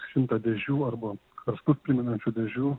šimtą dėžių arba karstus primenančių dėžių